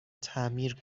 تعمیر